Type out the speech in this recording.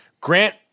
Grant